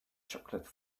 chocolate